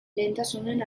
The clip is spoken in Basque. lehentasunen